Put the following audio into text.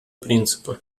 принципу